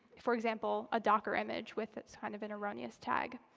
for example, a docker image with it's kind of an erroneous tag.